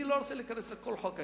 אני לא רוצה להיכנס לכל חוק ההסדרים,